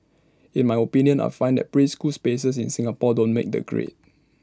in my opinion I find that preschool spaces in Singapore don't make the grade